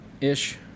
Ish